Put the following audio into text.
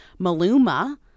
Maluma